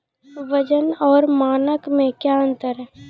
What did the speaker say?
वजन और मानक मे क्या अंतर हैं?